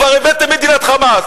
כבר הבאתם מדינת "חמאס".